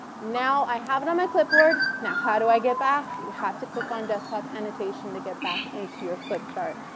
now, i have it on my clipboard. now how do i get back? you have to click on desktop annotation to get back into your flip chart.